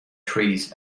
trees